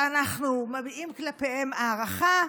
שאנחנו מביעים כלפיהם הערכה,